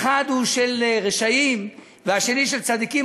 האחד הוא של רשעים והשני של צדיקים,